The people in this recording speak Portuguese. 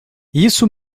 isso